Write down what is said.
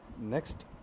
Next